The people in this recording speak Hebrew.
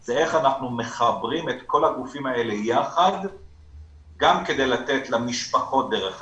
זה איך אנחנו מחברים את כל הגופים האלה יחד גם כדי לתת למשפחות דרך אגב,